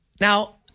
Now